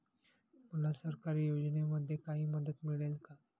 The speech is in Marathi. मला सरकारी योजनेमध्ये काही मदत मिळेल का?